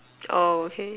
oh okay